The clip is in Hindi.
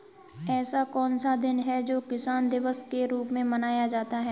ऐसा कौन सा दिन है जो किसान दिवस के रूप में मनाया जाता है?